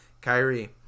Kyrie